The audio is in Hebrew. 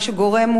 מה שגורם,